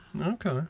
okay